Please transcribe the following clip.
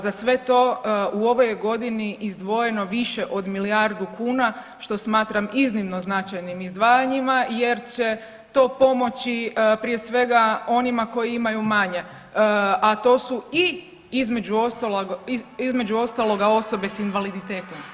Za sve to u ovoj je godini izdvojeno više od milijardu kuna što smatram iznimno značajnim izdvajanjima jer će to pomoći prije svega onima koji imaju manje, a to su i između ostaloga osoba s invaliditetom.